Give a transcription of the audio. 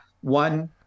one